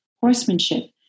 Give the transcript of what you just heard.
horsemanship